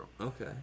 Okay